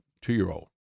two-year-old